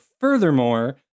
furthermore